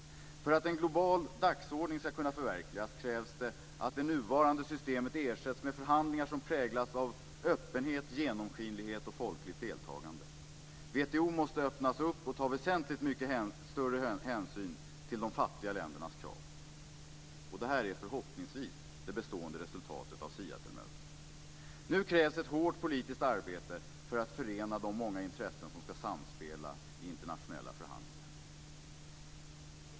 För att en global dagordning ska kunna förverkligas krävs det att det nuvarande systemet ersätts med förhandlingar som präglas av öppenhet, genomskinlighet och folkligt deltagande. WTO måste öppnas upp och ta väsentligt mycket större hänsyn till de fattiga ländernas krav. Det är förhoppningsvis det bestående resultatet av Seattlemötet. Nu krävs ett hårt politiskt arbete för att förena de många intressen som ska samspela i internationella förhandlingar.